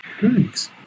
Thanks